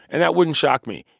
and that wouldn't shock me